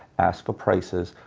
ask for prices.